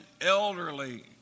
elderly